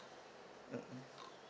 mmhmm